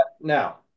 Now